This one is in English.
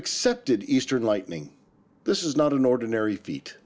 accepted eastern lightning this is not an ordinary fe